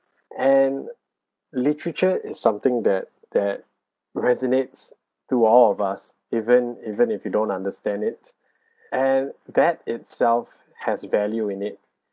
and literature is something that that resonates to all of us even even if you don't understand it and that itself has value in it